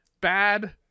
bad